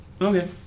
Okay